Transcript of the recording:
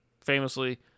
famously